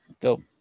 go